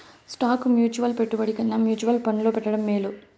stock mutual పెట్టుబడి కన్నా mutual ఫండ్లో పెట్టడం మేలు